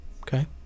Okay